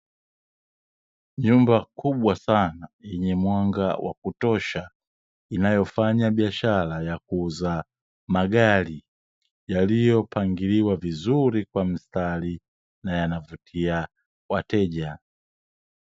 Nyumba kubwa sana yenye mwanga wa kutosha inayofanya biashara ya kuuza magari, yaliyopangiliwa vizuri kwa mstari na yanavutia wateja.